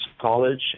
college